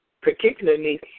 particularly